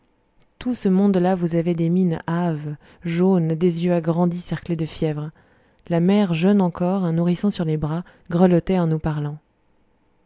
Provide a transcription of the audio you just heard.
tout ce monde-là vous avait des mines hâves jaunes des yeux agrandis cerclés de fièvre la mère jeune encore un nourrisson sur les bras grelottait en nous parlant